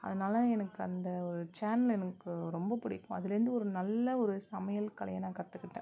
அதனால எனக்கு அந்த ஒரு சேனலை எனக்கு ரொம்ப பிடிக்கும் அதுலேருந்து ஒரு நல்ல ஒரு சமையல் கலையை நான் கற்றுக்கிட்டேன்